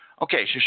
Okay